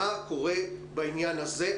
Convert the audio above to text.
מה קורה בעניין הזה?